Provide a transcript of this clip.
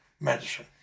medicine